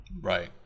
Right